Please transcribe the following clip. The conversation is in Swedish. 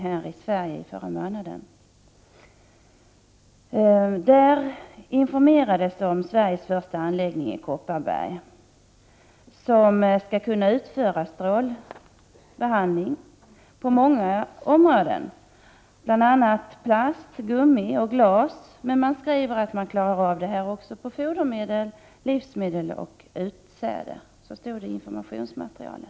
På detta seminarium informerades det om Sveriges första anläggning för industriell elektronbestrålning i Kopparberg, vilken skall kunna utföra strålbehandling på många områden, bl.a. på plast, gummi och glas. Men det sägs också att anläggningen klarar att bestråla även fodermedel, livsmedel och utsäde. Så stod det i informationsmaterialet.